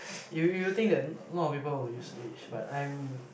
you you think that a lot of people will use Edge but I'm